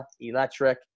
Electric